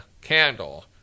candle